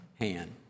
hand